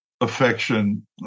affection